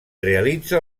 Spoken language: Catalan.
realitza